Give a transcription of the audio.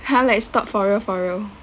ha like stop for real for real